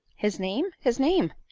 his name, his name?